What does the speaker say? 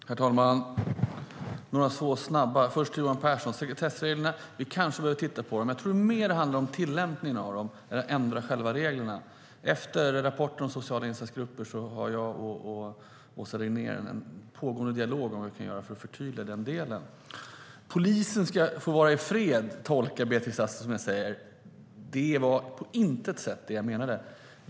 Herr talman! Jag har några få snabba kommentarer, först till Johan Pehrson. Sekretessreglerna kanske vi behöver titta på. Men jag tror att det mer handlar om tillämpningen av dem än att ändra själva reglerna. Efter rapporten om sociala insatsgrupper har jag och Åsa Regnér en pågående dialog om vad vi kan göra för att förtydliga den delen. Polisen ska få vara i fred - så tolkar Beatrice Ask det jag säger. Det var på intet sätt det jag menade.